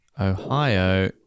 Ohio